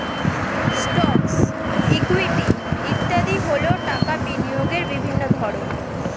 stocks, equity ইত্যাদি হল টাকা বিনিয়োগের বিভিন্ন ধরন